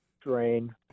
drain